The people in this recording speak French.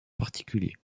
particulier